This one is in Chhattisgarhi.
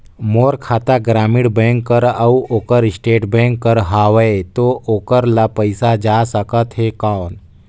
मोर खाता ग्रामीण बैंक कर अउ ओकर स्टेट बैंक कर हावेय तो ओकर ला पइसा जा सकत हे कौन?